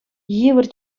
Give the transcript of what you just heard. йывӑр